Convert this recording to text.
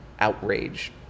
Outrage